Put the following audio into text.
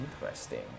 interesting